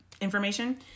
information